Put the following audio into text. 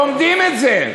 לומדים את זה.